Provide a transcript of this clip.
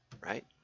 right